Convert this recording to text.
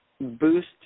boost